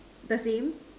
the same